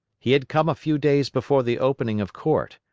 he had come a few days before the opening of court.